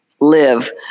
live